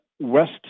West